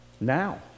now